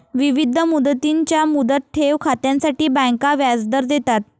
विविध मुदतींच्या मुदत ठेव खात्यांसाठी बँका व्याजदर देतात